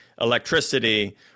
electricity